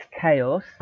chaos